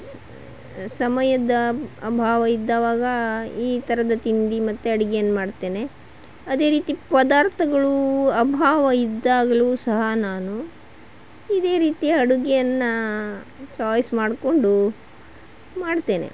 ಸ ಸಮಯದ ಅಭಾವ ಇದ್ದಾಗ ಈ ಥರದ ತಿಂಡಿ ಮತ್ತು ಅಡಿಗೆಯನ್ನು ಮಾಡ್ತೇನೆ ಅದೇ ರೀತಿ ಪದಾರ್ಥಗಳೂ ಅಭಾವ ಇದ್ದಾಗಲೂ ಸಹ ನಾನು ಇದೇ ರೀತಿಯ ಅಡುಗೆಯನ್ನು ಚಾಯ್ಸ್ ಮಾಡ್ಕೊಂಡು ಮಾಡ್ತೇನೆ